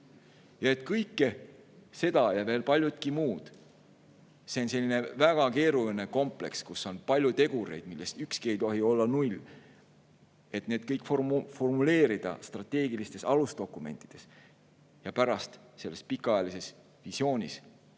võtma. Kõike seda ja veel palju muudki. See on väga keeruline kompleks, kus on palju tegureid, millest ükski ei tohi olla null. Need [tuleb] formuleerida strateegilistes alusdokumentides ja pärast selles pikaajalises visioonis.